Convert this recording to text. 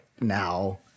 now